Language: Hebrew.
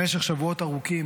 במשך שבועות ארוכים,